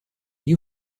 you